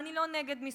ואני לא נגד מיסוי,